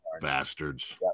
bastards